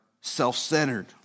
self-centered